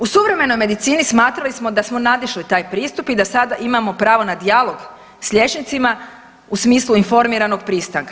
U suvremenoj medicini smatrali smo da smo nadišli taj pristup i da sada imamo pravo na dijalog sa liječnicima u smislu informiranog pristanka.